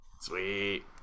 Sweet